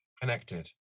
connected